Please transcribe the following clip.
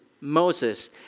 Moses